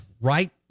right